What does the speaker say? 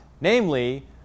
Namely